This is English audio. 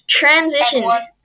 transitioned